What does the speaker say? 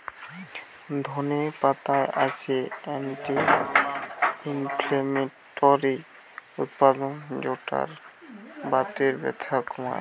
ধনে পাতায় আছে অ্যান্টি ইনফ্লেমেটরি উপাদান যৌটা বাতের ব্যথা কমায়